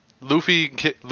Luffy